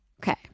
Okay